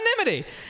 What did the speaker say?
Anonymity